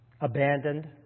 abandoned